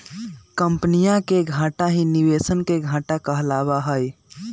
कम्पनीया के घाटा ही निवेशवन के घाटा कहलावा हई